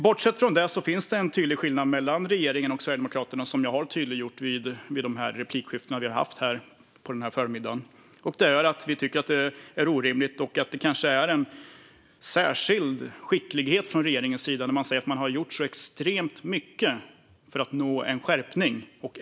Bortsett från detta finns det en tydlig skillnad mellan regeringen och Sverigedemokraterna, som jag har tydliggjort i mina inlägg denna förmiddag. Vi tycker att det är orimligt och att det kanske rör sig om en särskild skicklighet från regeringens sida när man säger att man har gjort så extremt mycket för att nå en skärpning.